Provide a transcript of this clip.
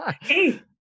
hey